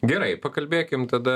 gerai pakalbėkim tada